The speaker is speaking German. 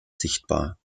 sichtbar